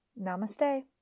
Namaste